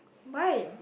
buy